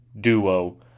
duo